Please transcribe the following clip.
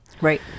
Right